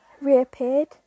reappeared